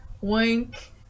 Wink